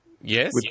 Yes